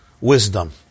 wisdom